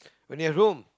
when you've room